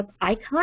icon